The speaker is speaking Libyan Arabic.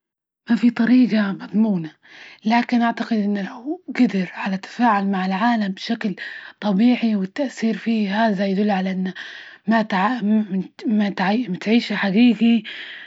ما في طريجة مضمونة، لكن أعتقد إنه جدر على تفاعل مع العالم بشكل طبيعي والتأثير في هذا يدل على إن ما تعام- ما تعيشه حجيجى.